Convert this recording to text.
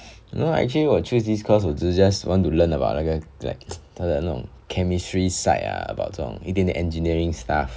no actually 我 choose this cause 我只是 just want to learn about 那个 like 她的那种 chemistry side about 这种一点点 engineering stuff